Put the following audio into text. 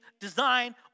design